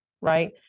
right